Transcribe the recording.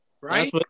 Right